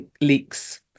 leaks